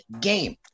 game